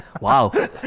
Wow